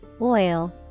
oil